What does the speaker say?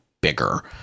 bigger